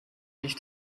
nicht